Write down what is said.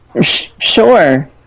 Sure